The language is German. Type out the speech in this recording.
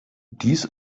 dies